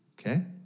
Okay